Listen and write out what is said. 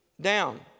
down